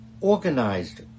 organized